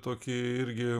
tokį irgi